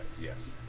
yes